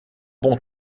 bon